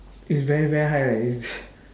is very very high lah is